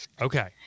Okay